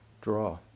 Draw